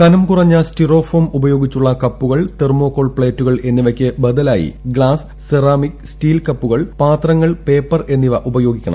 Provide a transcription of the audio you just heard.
കനം കുറഞ്ഞ് ്സ്റ്റിറോഫോം ഉപയോഗിച്ചുള്ള കപ്പുകൾ തെർമോകോൾ പ്ലേറ്റുകൾ എസ്സിപ്പയ്ക്ക് ബദലായി ഗ്ലാസ് സെറാമിക് സ്റ്റീൽ കപ്പുകൾ പാത്രങ്ങൾ പേപ്പർട്ട എന്നിവ ഉപയോഗിക്കണം